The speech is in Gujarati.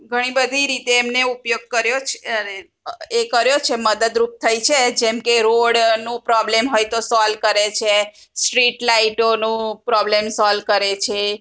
ઘણી બધી રીતે એમણે ઉપયોગ કર્યો છે અરે એ કર્યો છે મદદરૂપ થઈ છે એ જેમકે રોડનું પ્રોબ્લેમ હોય તો સોલ કરે છે સ્ટ્રીટ લાઇટોનું પ્રોબ્લેમ સોલ કરે છે